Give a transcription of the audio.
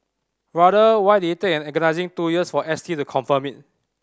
rather why did it take an agonising two years for S T to confirm it